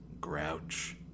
Grouch